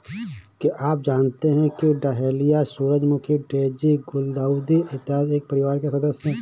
क्या आप जानते हैं कि डहेलिया, सूरजमुखी, डेजी, गुलदाउदी इत्यादि एक ही परिवार के सदस्य हैं